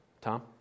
Tom